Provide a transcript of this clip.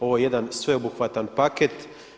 Ovo je jedan sveobuhvatan paket.